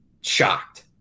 shocked